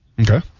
Okay